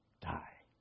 die